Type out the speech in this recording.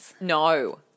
No